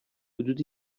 حدود